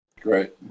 Great